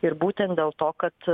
ir būtent dėl to kad